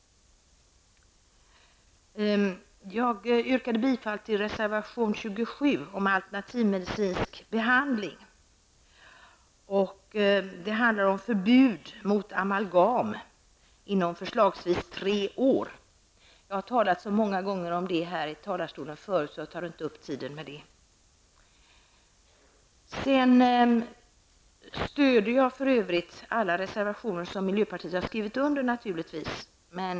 Jag yrkade även bifall till reservation nr 27 om alternativmedicinskbehandling. Det handlar om förbud mot amalgam inom förslagsvis tre år. Jag har talat så många gånger om detta tidigare i talarstolen att jag nu inte tar upp tiden med det. För övrigt stöder jag alla reservationer som miljöpartiet har skrivit under.